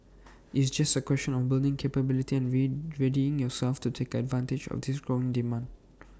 it's just A question of building capability and readying yourselves to take advantage of this growing demand